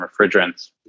refrigerants